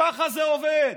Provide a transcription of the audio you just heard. ככה זה עובד.